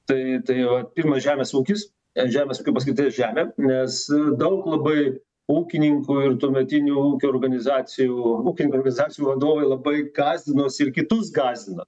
tai tai vat pirma žemės ūkis ant žemės ūkio paskirties žemę nes daug labai ūkininkų ir tuometinių ūkio organizacijų ūkininkų organizacijų vadovai labai gąsdinosi ir kitus gąsdino